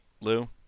Lou